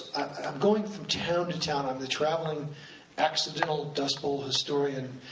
i'm going from town to town, i'm the traveling accidental dust bowl historian,